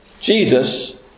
Jesus